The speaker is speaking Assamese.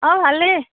অ' ভালে